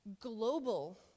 global